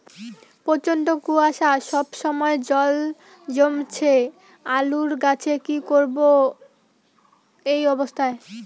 প্রচন্ড কুয়াশা সবসময় জল জমছে আলুর গাছে কি করব এই অবস্থায়?